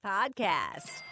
Podcast